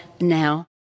now